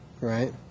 Right